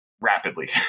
rapidly